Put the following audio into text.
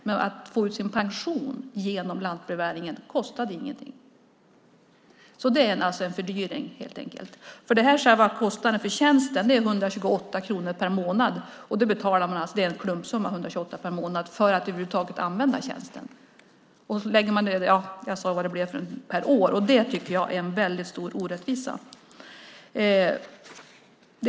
Men att få ut sin pension genom lantbrevbäringen kostade ingenting. Det är helt enkelt en fördyring. Själva kostnaden för tjänsten är 128 kronor per månad, en klumpsumma för att över huvud taget använda tjänsten. Jag talade tidigare om vad det blir per år. Det här tycker jag är en väldigt stor orättvisa.